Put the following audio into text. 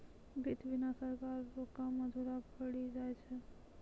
वित्त बिना सरकार रो काम अधुरा पड़ी जाय छै